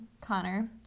Connor